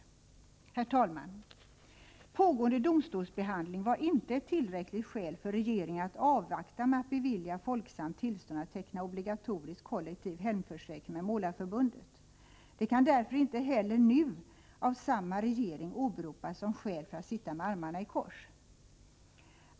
Herr talman! Pågående domstolsbehandling var inte ett tillräckligt skäl för regeringen att avvakta med att bevilja Folksam tillstånd att teckna obligatorisk kollektiv hemförsäkring för Målareförbundet. Det kan därför inte heller nu av samma regering åberopas som skäl för att sitta med armarna i kors.